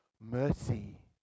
mercy